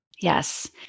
Yes